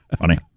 Funny